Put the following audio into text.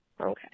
Okay